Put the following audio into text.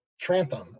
Trantham